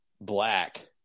black